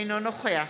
אינו נוכח